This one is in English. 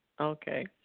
Okay